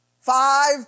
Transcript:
Five